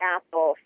Apple